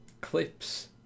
clips